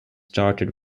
charted